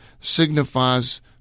signifies